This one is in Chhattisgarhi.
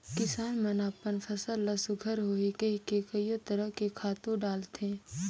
किसान मन अपन फसल ल सुग्घर होही कहिके कयो तरह के खातू डालथे